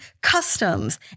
customs